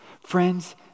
Friends